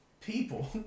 people